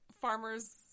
farmer's